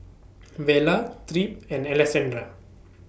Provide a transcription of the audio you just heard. Vela Tripp and Alessandra